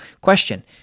Question